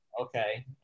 Okay